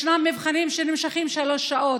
יש מבחנים שנמשכים שלוש שעות.